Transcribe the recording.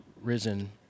risen